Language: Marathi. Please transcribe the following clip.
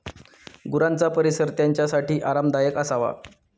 गुरांचा परिसर त्यांच्यासाठी आरामदायक असावा